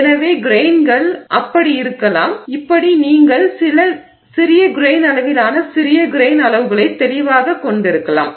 எனவே கிரெய்ன்கள் அப்படி இருக்கலாம் இங்கே நீங்கள் சில சிறிய கிரெய்ன் அளவிலான சிறிய கிரெய்ன் அளவுகளை தெளிவாகக் கொண்டிருக்கலாம்